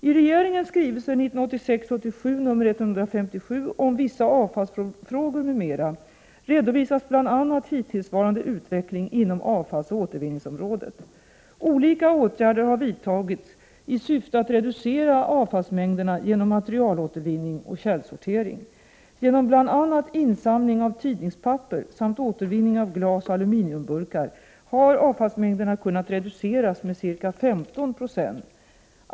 I regeringens skrivelse 1986/87:157 om vissa avfallsfrågor m.m. redovisas bl.a. hittillsvarande utveckling inom avfallsoch återvinningsområdet. Olika åtgärder har vidtagits i syfte att reducera avfallsmängderna genom materialåtervinning och källsortering. Genom bl.a. insamling av tidningspapper samt återvinning av glas och aluminiumburkar har avfallsmängderna kunnat reduceras med ca 15 926.